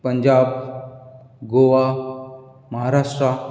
Punjab Goa Maharashtra